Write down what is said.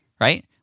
right